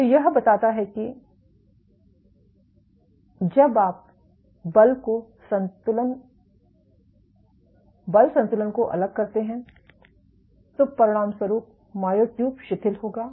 तो यह बताता है कि जब आप बल संतुलन को अलग करते हैं तो परिणामस्वरूप मायोट्यूब शिथिल होगा